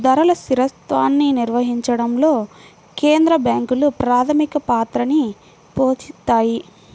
ధరల స్థిరత్వాన్ని నిర్వహించడంలో కేంద్ర బ్యాంకులు ప్రాథమిక పాత్రని పోషిత్తాయి